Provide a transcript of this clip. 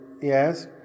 Yes